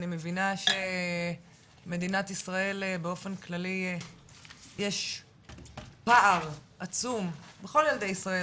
אני מבינה שמדינת ישראל באופן כללי יש פער עצום בין כל ילדי ישראל,